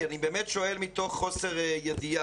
כי אני באמת שואל מתוך חוסר ידיעה.